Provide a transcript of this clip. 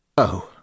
Oh